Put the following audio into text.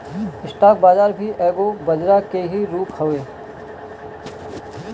stock बाजार भी एगो बजरा के ही रूप हवे